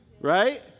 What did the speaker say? Right